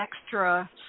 extra